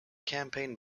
campaign